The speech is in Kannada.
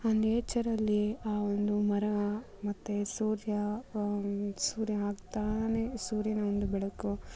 ಆ ನೇಚರಲ್ಲಿ ಆ ಒಂದು ಮರ ಮತ್ತು ಸೂರ್ಯ ಸೂರ್ಯನ ಸೂರ್ಯನ ಒಂದು ಬೆಳಕು